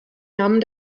namen